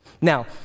Now